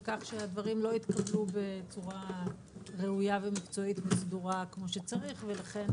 כך שהדברים לא התקבלו בצורה ראויה ומקצועית וסדורה כמו שצריך ולכן